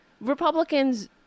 Republicans